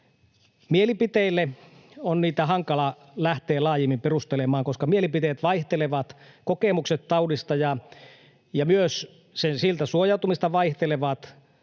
mielipiteille, on niitä hankala lähteä laajemmin perustelemaan, koska mielipiteet vaihtelevat, kokemukset taudista ja myös siltä suojautumisesta vaihtelevat.